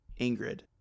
Ingrid